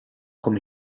come